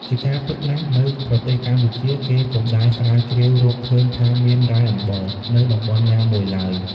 ជាការពិតណាស់ នៅប្រទេសកម្ពុជាគេពុំដែលស្រាវជ្រាវរកឃើញថាមានរ៉ែអំបិល នៅតំបន់ណាមួយឡើយ។